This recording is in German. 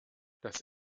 das